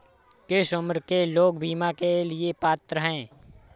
किस उम्र के लोग बीमा के लिए पात्र हैं?